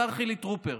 השר חילי טרופר,